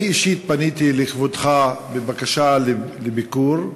אני אישית פניתי לכבודו בבקשה לביקור,